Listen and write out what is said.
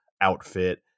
outfit